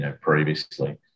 previously